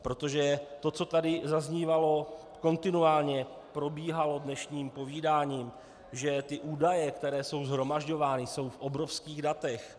Protože to, co tady zaznívalo, kontinuálně probíhalo dnešním povídáním, že ty údaje, které jsou shromažďovány, jsou v obrovských datech.